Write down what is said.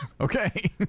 Okay